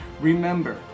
Remember